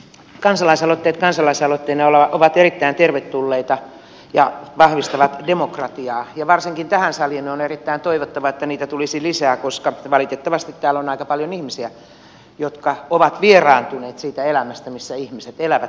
kansalaisaloitteet kansalaisaloitteina ovat erittäin tervetulleita ja vahvistavat demokratiaa ja varsinkin tähän saliin on erittäin toivottavaa että niitä tulisi lisää koska valitettavasti täällä on aika paljon ihmisiä jotka ovat vieraantuneet siitä elämästä missä ihmiset elävät tänä päivänä